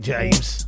James